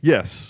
Yes